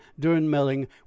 durnmelling